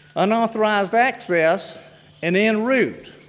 unauthorized access and in route.